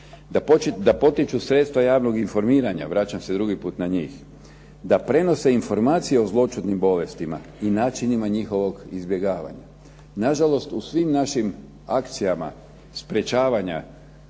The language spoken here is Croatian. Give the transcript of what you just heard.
da potiču sredstva javnog informiranja, vraćam se drugi put na njih, da prenose informacije o zloćudnim bolestima i načinima njihovog izbjegavanja. Nažalost u svim našim akcijama sprečavanja